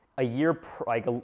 a year like, ah